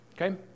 Okay